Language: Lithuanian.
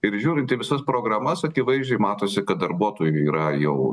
ir žiūrint į visas programas akivaizdžiai matosi kad darbuotojų yra jau